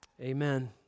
Amen